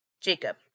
Jacob